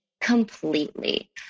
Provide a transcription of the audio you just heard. completely